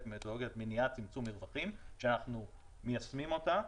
מתודולוגיית מניעת צמצום מרווחים שאנחנו מיישמים אותה.